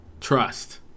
trust